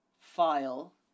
file